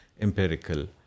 empirical